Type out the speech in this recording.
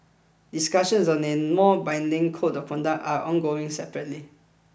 discussions on name more binding Code of Conduct are ongoing separately